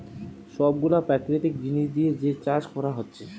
সব গুলা প্রাকৃতিক জিনিস দিয়ে যে চাষ কোরা হচ্ছে